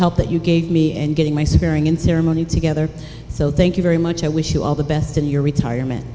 help that you gave me and getting my spearing in ceremony together so thank you very much i wish you all the best in your retirement